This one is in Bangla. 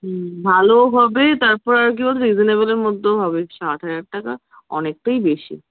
হ্যাঁ ভালো হবে তারপর আরকি বল তো রিজেনেবেলের মধ্যেও হবে ষাট হাজার টাকা অনেকটাই বেশি